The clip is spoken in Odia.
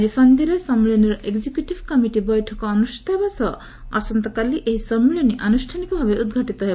ଆଜି ସଂଧାରେ ସମ୍ମିଳନୀର ଏକ୍ଜିକ୍ୟୁଟିଭ କମିଟି ବୈଠକ ଅନୁଷ୍ଠିତ ହେବା ସହ ଆସନ୍ତାକାଲି ଏହି ସମ୍ମିଳନୀ ଆନୁଷ୍ଠାନିକ ଭାବେ ଉଦ୍ଘାଟିତ ହେବ